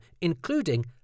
including